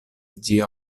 ĝia